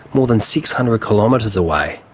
more than six hundred kilometres away.